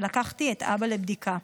ולקחתי את אבא לבדיקה.